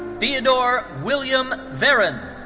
theodore william verren.